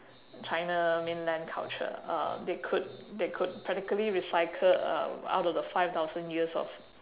china mainland culture uh they could they could practically recycle uh out of the five thousands years of